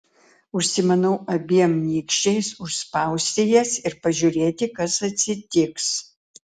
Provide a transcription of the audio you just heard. užsimanau abiem nykščiais užspausti jas ir pažiūrėti kas atsitiks